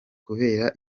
kubera